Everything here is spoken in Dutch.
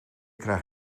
krijg